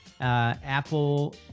Apple